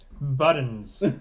Buttons